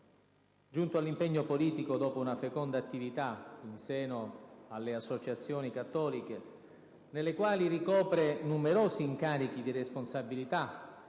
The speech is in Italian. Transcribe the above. Giunto all'impegno politico dopo una feconda attività in seno alle associazioni cattoliche, nelle quali ricopre numerosi incarichi di responsabilità,